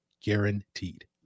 guaranteed